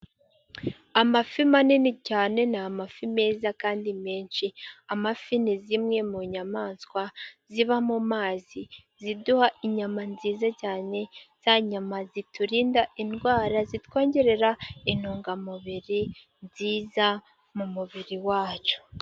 Amafi manini cyane, ni amafi meza kandi menshi, amafi ni zimwe mu nyamaswa ziba mu mazi, ziduha inyama nziza cyane, za nyama ziturinda indwara, zitwongerera intungamubiri nziza mu mubiri wacu.